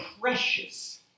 precious